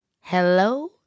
Hello